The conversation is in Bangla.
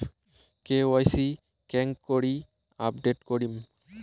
কে.ওয়াই.সি কেঙ্গকরি আপডেট করিম?